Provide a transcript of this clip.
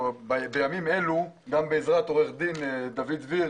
ובעזרת עו"ד עידן דביר